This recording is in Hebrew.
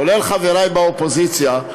כולל חברי באופוזיציה,